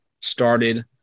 started